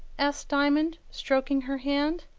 asked diamond, stroking her hand.